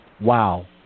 Wow